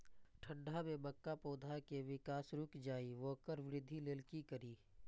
ठंढ में मक्का पौधा के विकास रूक जाय इ वोकर वृद्धि लेल कि करी?